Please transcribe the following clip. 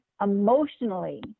emotionally